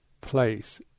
place